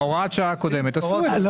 בהוראת השעה הקודמת עשו את זה.